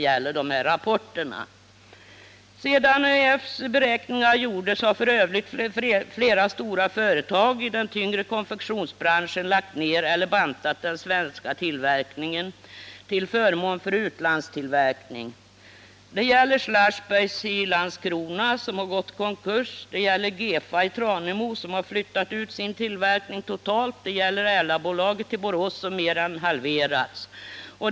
Sedan ÖEF:s beräkningar gjordes har f. ö. flera stora företag i den tyngre konfektionsbranschen lagt ner eller bantat den svenska tillverkningen till förmån för utlandstillverkning. Det gäller Schlasbergs Konfektionsfabrik AB i Landskrona, som har gått i konkurs, Gefa AB i Tranemo, som helt har flyttat ut sin tillverkning, och Erlabolaget i Borås, som mer än halverats.